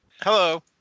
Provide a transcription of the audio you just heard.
Hello